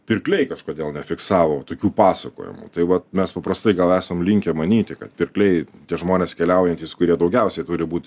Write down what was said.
pirkliai kažkodėl nefiksavo tokių pasakojimų tai va mes paprastai gal esam linkę manyti kad pirkliai tie žmonės keliaujantys kurie daugiausiai turi būt